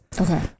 Okay